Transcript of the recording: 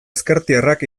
ezkertiarrak